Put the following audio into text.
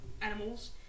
animals